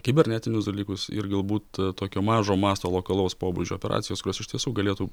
kibernetinius dalykus ir galbūt tokio mažo masto lokalaus pobūdžio operacijas kurios iš tiesų galėtų